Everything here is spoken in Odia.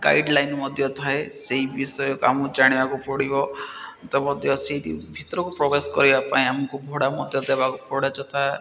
ଗାଇଡ଼ଲାଇନ୍ ମଧ୍ୟ ଥାଏ ସେଇ ବିଷୟ କାମ ଜାଣିବାକୁ ପଡ଼ିବ ତ ମଧ୍ୟ ସେଇ ଭିତରକୁ ପ୍ରବେଶ କରିବା ପାଇଁ ଆମକୁ ଭଡ଼ା ମଧ୍ୟ ଦେବାକୁ ପଡ଼େ ଯଥା